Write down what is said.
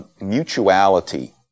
mutuality